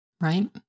Right